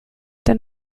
den